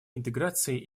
интеграции